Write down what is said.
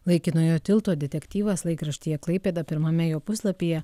laikinojo tilto detektyvas laikraštyje klaipėda pirmame jo puslapyje